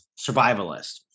survivalist